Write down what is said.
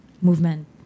movement